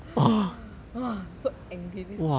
!wah! so angry this